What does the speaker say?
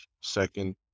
second